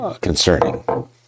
concerning